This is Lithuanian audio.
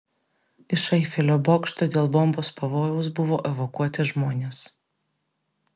iš eifelio bokšto dėl bombos pavojaus buvo evakuoti žmonės